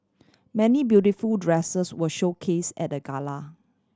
many beautiful dresses were showcase at the gala